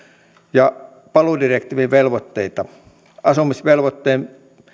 ja paluudirektiivien velvoitteita asumisvelvoitteen